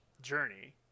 Journey